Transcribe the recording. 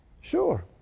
sure